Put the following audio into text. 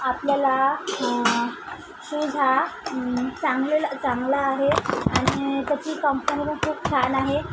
आपल्याला शूज हा चांगलेला चांगला आहे आणि त्याची कंपनी पण खूप छान आहे